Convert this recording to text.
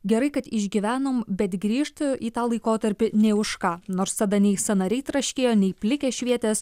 gerai kad išgyvenom bet grįžt į tą laikotarpį nė už ką nors tada nei sąnariai traškėjo nei plikė švietės